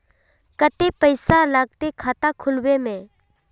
केते पैसा लगते खाता खुलबे में?